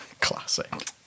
Classic